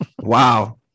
Wow